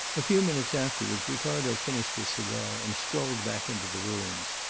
a few minutes afterwards ricardo finished his cigar and strolled back into the rooms,